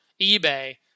eBay